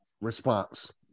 response